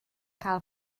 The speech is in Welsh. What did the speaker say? cael